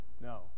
No